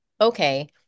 okay